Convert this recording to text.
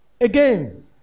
Again